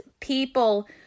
people